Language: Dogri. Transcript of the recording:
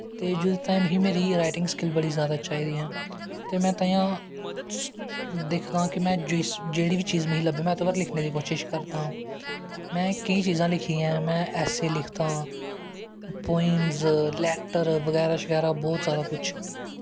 ते जेह्दे ताहीं मिगी मेरी राईटिंग स्किल बड़ी जैदा चाहिदी ऐ ते में ताहियें दिक्खदा कि जिस जेह्ड़ी बी चीज मिगी लब्भै में ओह्दे पर लिखने दी कोशश करदा हां में केईं चीजां लिखी दियां न में ऐस्से लिखदा आं पोयम लैट्टरस बगैरा बौह्त कुछ